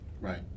Right